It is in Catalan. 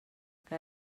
que